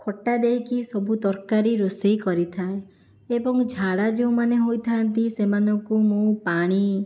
ଖଟା ଦେଇକି ସବୁ ତରକାରୀ ରୋଷେଇ କରିଥାଏ ଏବଂ ଝାଡ଼ା ଯେଉଁମାନେ ହୋଇଥାନ୍ତି ସେମାନଙ୍କୁ ମୁଁ ପାଣି